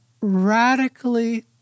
radically